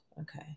Okay